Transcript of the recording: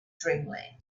dreamland